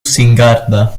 singarda